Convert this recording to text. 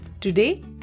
today